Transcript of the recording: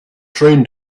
train